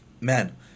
Man